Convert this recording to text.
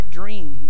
dream